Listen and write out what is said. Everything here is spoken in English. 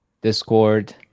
discord